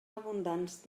abundants